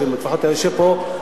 לפחות אם אתה יושב פה,